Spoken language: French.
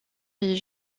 est